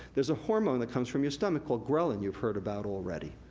there's a hormone that comes form your stomach called ghrelin you've heard about, already.